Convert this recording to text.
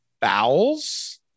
bowels